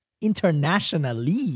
internationally